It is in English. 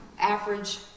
average